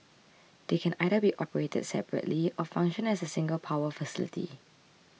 they can either be operated separately or function as a single power facility